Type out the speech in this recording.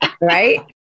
right